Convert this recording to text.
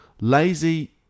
Lazy